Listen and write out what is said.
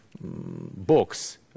books